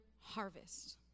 harvest